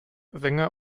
sänger